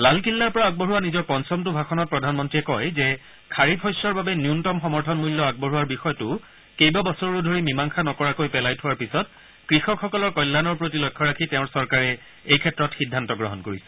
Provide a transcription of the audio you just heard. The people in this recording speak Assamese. লালকিল্লাৰ পৰা আগবঢ়োৱা নিজৰ পঞ্চমটো ভাষণত প্ৰধানমন্ত্ৰীয়ে কয় যে খাৰিফ শস্যৰ বাবে ন্যূনতম সমৰ্থন মূল্য আগবঢ়োৱাৰ বিষয়টো কেইবাবছৰো ধৰি মীমাংসা নকৰাকৈ পেলাই থোৱাৰ পিছত কৃষকসকলৰ কল্যাণৰ প্ৰতি লক্ষ্য ৰাখি তেওঁৰ চৰকাৰে এই ক্ষেত্ৰত সিদ্ধান্ত গ্ৰহণ কৰিছে